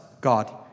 God